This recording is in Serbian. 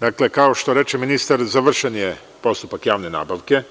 Dakle, kao što reče ministar završen je postupak javne nabavke